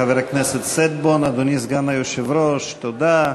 חבר הכנסת שטבון, אדוני, סגן היושב-ראש, תודה.